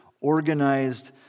organized